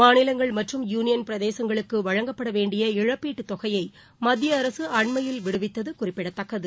மாநிலங்கள் மற்றும் யுனியன் பிரதேசங்களுக்கு வழங்கப்பட வேண்டிய இழப்பீட்டுத் தொகையை மத்திய அரசு அண்மையில் விடுவித்தது குறிப்பிடத்தக்கது